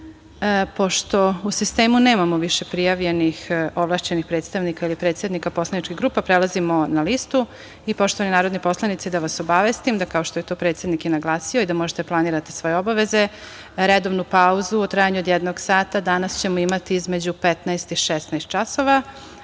decu“.Pošto u sistemu nemamo više prijavljenih ovlašćenih predstavnika ili predsednika poslaničkih grupa, prelazimo na listu. Poštovani narodni poslanici da vas obavestim da, kao što je to predsednik i naglasio i da možete da planirate svoje obaveze, redovnu pauzu u trajanju od jednog sata danas ćemo imati između 15.00 i 16.00 časova,